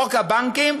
חוק הבנקים,